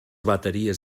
bateries